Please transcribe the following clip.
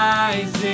eyes